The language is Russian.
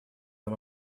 нам